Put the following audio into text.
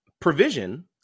provision